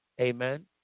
amen